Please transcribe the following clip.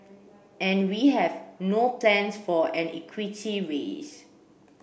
and we have no plans for an equity raise